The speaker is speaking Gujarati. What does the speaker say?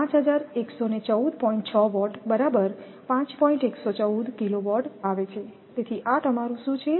114kW આવે છે તેથી આ તમારું શું છે